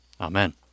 Amen